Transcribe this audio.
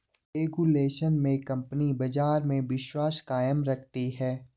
regulation से company बाजार में विश्वास कायम रखती है